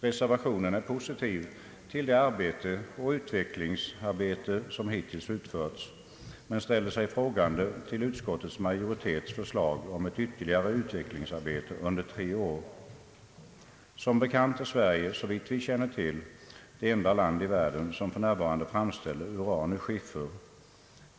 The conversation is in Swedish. Reservationen är positiv till det arbete och utvecklingsarbete som hittills utförts men ställer sig frågande till utskottsmajoritetens förslag om ett ytterligare utvecklingsarbete under tre år. Sverige är, såvitt vi känner till, det enda land i världen som för närvarande framställer uran ur skiffer.